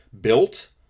built